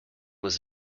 was